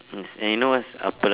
and you know what's papadum